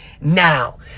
now